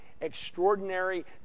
extraordinary